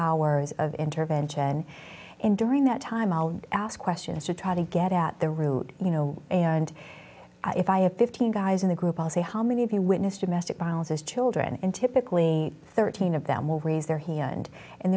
hours of intervention and during that time i'll ask questions to try to get at the root you know and if i have fifteen guys in the group i'll say how many of you witnessed domestic violence as children and typically thirteen of them will raise their hand and